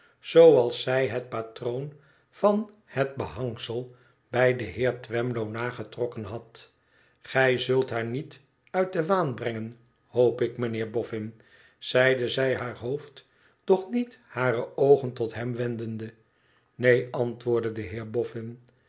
als zij het patroon van het behangsel bij den heer twemlow nagetrokken had gij zult haar niet uit den waan brengen hoop ik mijnheer boffin zeide zij haar hoofd doch niet hare oogen tot hem wendende neen antwoordde de heer